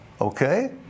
Okay